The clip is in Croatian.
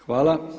Hvala.